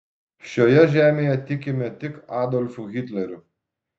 šioje žemėje tikime tik adolfu hitleriu